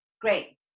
great